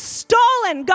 stolen